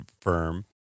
firm